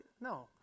No